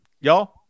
Y'all